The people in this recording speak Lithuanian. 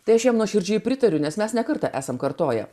tai aš jam nuoširdžiai pritariu nes mes ne kartą esam kartoję